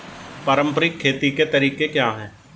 पारंपरिक खेती के तरीके क्या हैं?